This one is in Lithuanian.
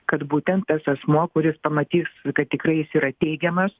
kad būtent tas asmuo kuris pamatys kad tikrai jis yra teigiamas